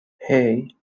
hey